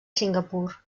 singapur